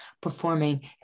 performing